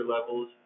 levels